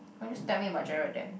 why don't just tell me about Gerald then